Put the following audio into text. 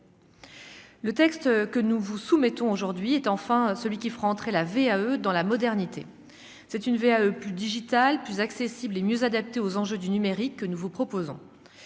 Le texte que nous vous soumettons aujourd'hui est enfin celui qui fera entrer la VAE dans la modernité, c'est une VAE plus digital plus accessible et mieux adapté aux enjeux du numérique que nous vous proposons